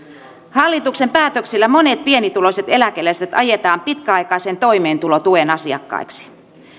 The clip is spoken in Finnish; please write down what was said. hallituksen päätöksillä monet pienituloiset eläkeläiset ajetaan pitkäaikaisen toimeentulotuen asiakkaiksi